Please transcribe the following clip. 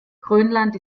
grönland